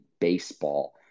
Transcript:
Baseball